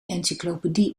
encyclopedie